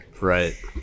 Right